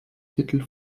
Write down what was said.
titel